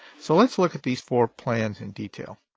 so let's look at these four plans in detail.